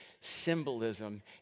symbolism